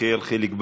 יחיאל חיליק בר,